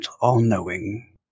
all-knowing